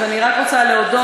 אז אני רק רוצה להודות,